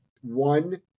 one